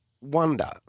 wonder